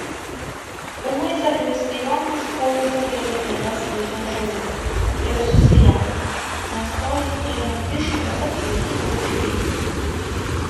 ūmai zakristijonas pajuto gerklėje slidžią žuvį ir susijaudino nes toji ėmė iš lėto kilti aukštyn